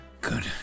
good